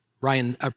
Ryan